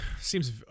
Seems